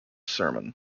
sermon